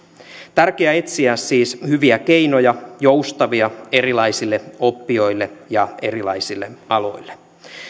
tärkeää on siis etsiä hyviä keinoja joustavia erilaisille oppijoille ja erilaisille aloille